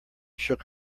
shook